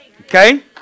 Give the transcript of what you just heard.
Okay